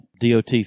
DOT